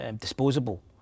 disposable